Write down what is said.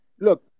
look